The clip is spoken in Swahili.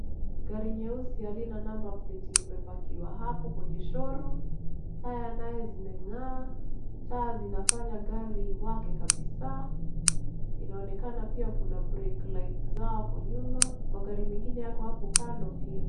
Gari nyeusi halina number plate limepakiwa hapo kwenye show room . Taya nayo zimeng'aa. Taa zinafanya gari iwake kabisa. Inaonekana pia kuna break light zao hapo nyuma. Magari mengine yako hapo kando pia.